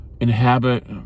inhabit